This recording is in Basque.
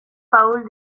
paul